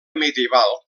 medieval